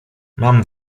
mam